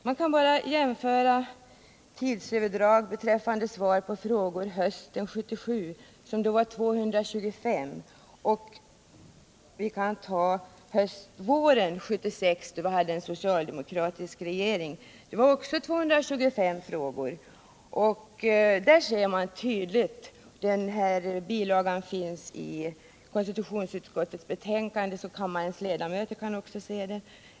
Men man kan jämföra tidsöverdraget beträffande svar på frågor hösten 1977, då antalet framställda frågor var 225, med tidsöverdraget våren 1976, då vi hade en socialdemokratisk regering och då antalet framställda frågor var 225. I bilagan på s. 104 i konstitutionsutskottets betänkande kan kammarens ledamöter se detta.